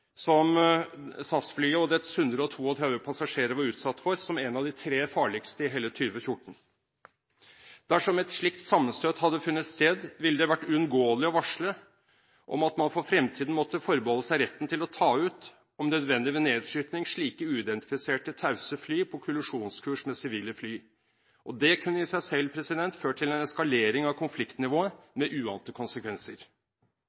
som SAS-flyet og dets 132 passasjerer var utsatt for, som en av de tre farligste i hele 2014. Dersom et slikt sammenstøt hadde funnet sted, ville det vært uunngåelig å varsle om at man for fremtiden måtte forbeholde seg retten til å ta ut – om nødvendig ved nedskyting – slike uidentifiserte tause fly på kollisjonskurs med sivile fly. Det kunne i seg selv ført til en eskalering av konfliktnivået, med uante konsekvenser.